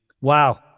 Wow